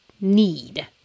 need